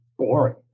boring